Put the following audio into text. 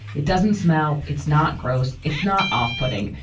it doesn't smell. it's not gross. it's not off putting.